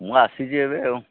ମୁଁ ଆସିଛି ଏବେ ଆଉ